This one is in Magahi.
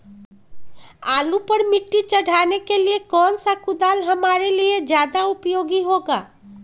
आलू पर मिट्टी चढ़ाने के लिए कौन सा कुदाल हमारे लिए ज्यादा उपयोगी होगा?